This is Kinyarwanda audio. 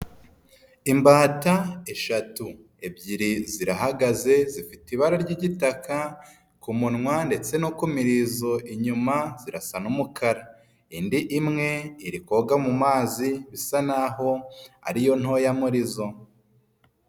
Imbata eshatu ebyiri zirahagaze zifite ibara ry'igitaka ku munwa ndetse no kumirizo inyuma zirasa n'umukara, indi imwe iri koga mu mazi bisa naho ari yo ntoya muri zo.